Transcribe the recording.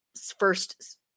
first